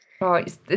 right